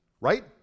right